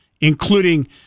including